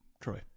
troy